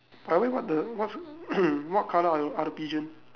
by the way what the what's what colour are the are the pigeon